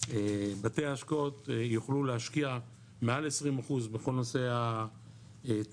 בתי ההשקעות יוכלו להשקיע מעל 20% בכל נושא התשתיות,